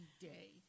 day